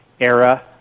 era